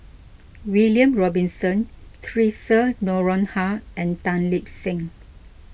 William Robinson theresa Noronha and Tan Lip Seng